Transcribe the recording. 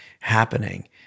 happening